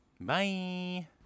Bye